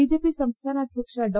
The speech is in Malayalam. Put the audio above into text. ബി ജെ പി സംസ്ഥാന അധ്യക്ഷ ഡോ